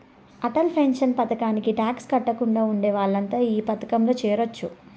Atal pension పథకానికి tax కట్టకుండా ఉండే వాళ్లంతా ఈ పథకంలో చేరొచ్చు